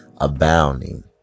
abounding